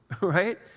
Right